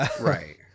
Right